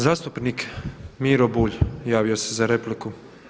Zastupnik Miro Bulj, javio se za repliku.